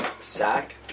sack